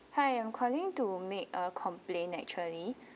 hi I'm calling to make a complaint actually